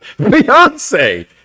beyonce